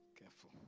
Careful